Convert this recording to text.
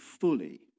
fully